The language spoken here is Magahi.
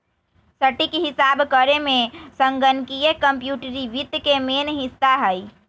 सटीक हिसाब करेमे संगणकीय कंप्यूटरी वित्त के मेन हिस्सा हइ